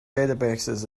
databases